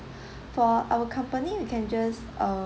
for our company we can just uh